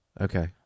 Okay